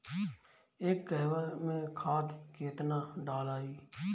एक कहवा मे खाद केतना ढालाई?